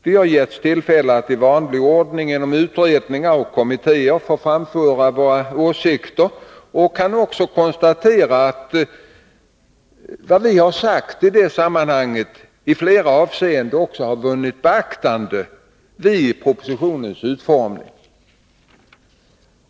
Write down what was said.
Vi har getts tillfälle att i vanlig ordning inom utredningar och kommittéer få framföra våra åsikter och kan också konstatera att vad vi har sagt i dessa sammanhang i flera avseenden vunnit beaktande vid propositionens utformning.